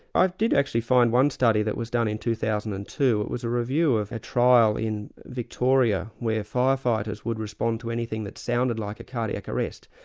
i did actually find one study that was done in two thousand and two, it was a review of a trial in victoria where firefighters would respond to anything that sounded like a cardiac arrest,